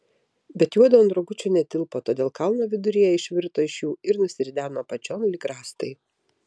bet juodu ant rogučių netilpo todėl kalno viduryje išvirto iš jų ir nusirideno apačion lyg rąstai